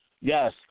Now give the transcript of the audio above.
Yes